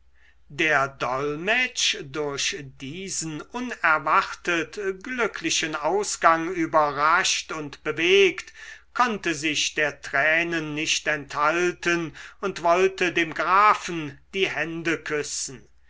der dolmetsch durch diesen unerwartet glücklichen ausgang überrascht und bewegt konnte sich der tränen nicht enthalten und wollte dem grafen die hände küssen